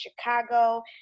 Chicago